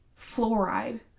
Fluoride